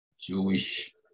Jewish